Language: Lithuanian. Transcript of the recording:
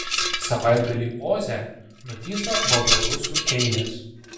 savaitgalį oze nutįso baltarusių eilės